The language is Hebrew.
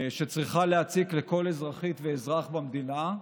שצריכה להציק לכל אזרחית ואזרח במדינה,